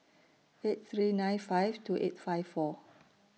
eight three nine five two eight five four